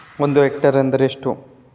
ಒಂದು ಹೆಕ್ಟೇರ್ ಎಂದರೆ ಎಷ್ಟು?